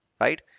right